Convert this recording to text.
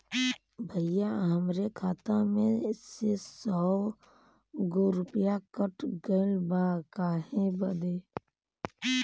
भईया हमरे खाता में से सौ गो रूपया कट गईल बा काहे बदे?